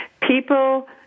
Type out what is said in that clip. people